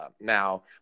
now